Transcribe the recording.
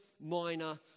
minor